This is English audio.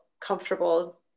comfortable